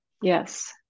Yes